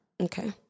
Okay